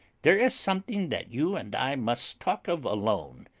there is something that you and i must talk of alone,